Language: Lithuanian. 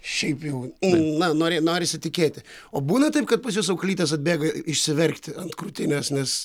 šiaip jau na nori norisi tikėti o būna taip kad pas jus auklytės atbėga išsiverkti ant krūtinės nes